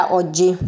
oggi